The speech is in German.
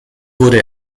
wurde